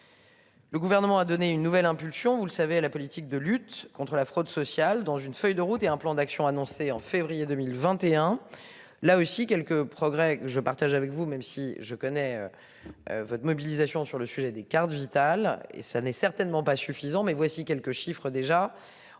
Le gouvernement a donné une nouvelle impulsion. Vous le savez à la politique de lutte contre la fraude sociale dans une feuille de route et un plan d'action annoncée en février 2021, là aussi quelques progrès. Je partage avec vous, même si je connais. Votre mobilisation sur le sujet des cartes vitales et ça n'est certainement pas suffisant mais voici quelques chiffres déjà